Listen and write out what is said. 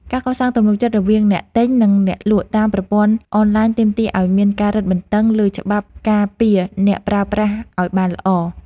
ការកសាងទំនុកចិត្តរវាងអ្នកទិញ និងអ្នកលក់តាមប្រព័ន្ធអនឡាញទាមទារឱ្យមានការរឹតបន្តឹងលើច្បាប់ការពារអ្នកប្រើប្រាស់ឱ្យបានល្អ។